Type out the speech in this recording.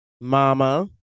mama